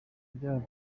byaba